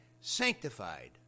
sanctified